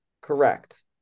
correct